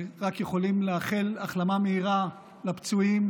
ורק יכולים לאחל החלמה מהירה לפצועים